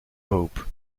pope